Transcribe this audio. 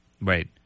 right